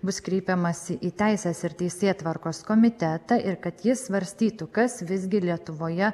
bus kreipiamasi į teisės ir teisėtvarkos komitetą ir kad jis svarstytų kas visgi lietuvoje